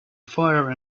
fire